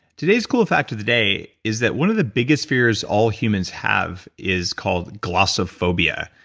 today's cool factor the day is that one of the biggest fears all humans have is called glossophobia.